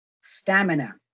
stamina